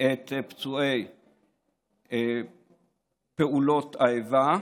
ואת פצועי פעולות האיבה,